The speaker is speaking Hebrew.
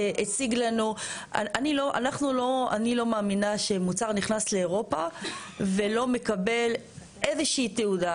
אני לא מאמינה שמוצר נכנס לאירופה ולא מקבל איזושהי תעודה,